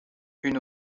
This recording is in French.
une